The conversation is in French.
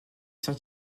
sans